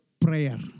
prayer